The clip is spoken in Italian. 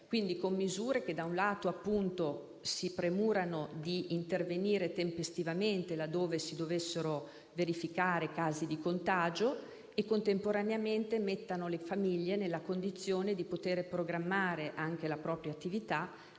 quindi che, da un lato, si premurano di intervenire tempestivamente laddove si dovessero verificare casi di contagio e, dall'altro, mettano le famiglie nella condizione di poter programmare anche la propria attività